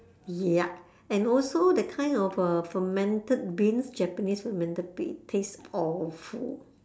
ya and also the kind of uh fermented beans japanese fermented bean it tastes awful